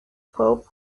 pulp